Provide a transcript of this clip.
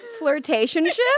Flirtationship